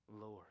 Lord